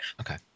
Okay